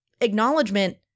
acknowledgement